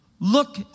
look